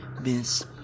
Miss